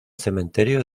cementerio